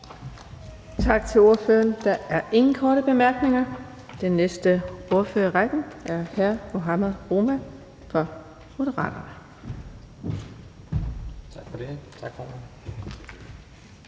Tak til ordføreren. Der er ingen korte bemærkninger. Den næste ordfører i rækken er hr. Mohammad Rona fra Moderaterne.